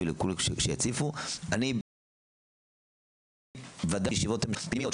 ודאי שאני אעשה ישיבות המשך פנימיות,